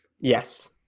Yes